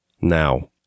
Now